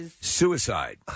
suicide